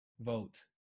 Vote